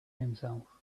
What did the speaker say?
himself